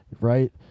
right